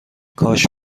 کاش